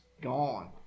gone